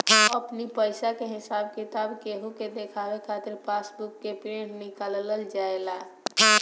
अपनी पईसा के हिसाब किताब केहू के देखावे खातिर पासबुक के प्रिंट निकालल जाएला